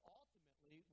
ultimately